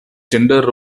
gender